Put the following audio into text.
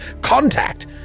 contact